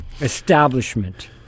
establishment